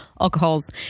alcohols